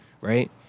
right